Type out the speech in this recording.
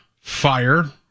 fire